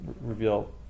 reveal